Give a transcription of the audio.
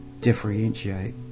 differentiate